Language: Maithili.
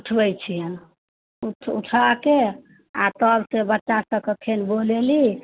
उठबै छिअनि उठाकऽ आओर तब बच्चासबके फेर बुलैली